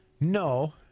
No